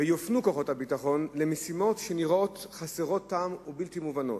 ויופנו כוחות הביטחון למשימות שנראות חסרות טעם ובלתי מובנות,